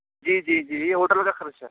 جی جی جی ہوٹل کا خرچہ